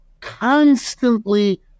constantly